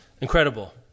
Incredible